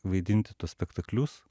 vaidinti tuos spektaklius